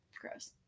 gross